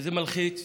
וזה מלחיץ,